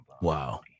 Wow